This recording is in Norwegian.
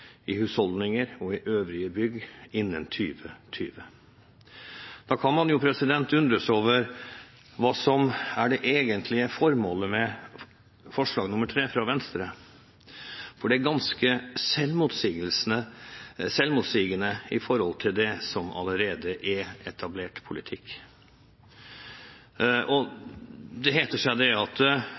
i husholdninger og i øvrige bygg innen 2020. Da kan man jo undres over hva som er det egentlige formålet med forslag nr. 3 fra Venstre, for det er ganske selvmotsigende i forhold til det som allerede er etablert politikk. Det heter seg at